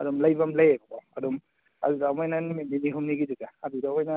ꯑꯗꯨꯝ ꯂꯩꯐꯝ ꯂꯩꯌꯦꯕꯀꯣ ꯑꯗꯨꯝ ꯑꯗꯨꯗ ꯅꯣꯏꯅ ꯅꯨꯃꯤꯠ ꯅꯤꯅꯤ ꯍꯨꯝꯅꯤꯒꯤꯗꯨꯗꯤ ꯑꯗꯨꯗ ꯑꯣꯏꯅ